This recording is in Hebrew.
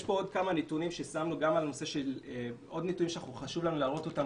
יש פה עוד כמה נתונים ששמנו שחשוב לנו להראות אותם